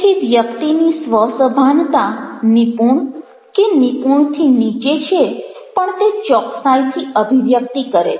તેથી વ્યક્તિની સ્વ સભાનતા 'નિપુણ કે 'નિપુણ થી નીચે છે પણ તે ચોકસાઈથી અભિવ્યક્તિ કરે છે